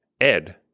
Ed